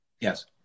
Yes